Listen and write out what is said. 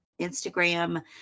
Instagram